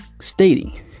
stating